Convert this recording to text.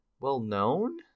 well-known